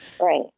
Right